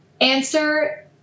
answer